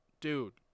Dude